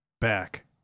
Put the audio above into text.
Back